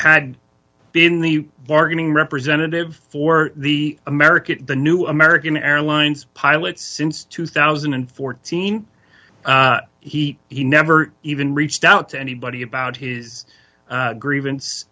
had been the marketing representative for the american the new american airlines pilot since two thousand and fourteen he he never even reached out to anybody about his grievance